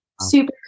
super